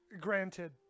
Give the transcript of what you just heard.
Granted